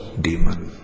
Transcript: Demon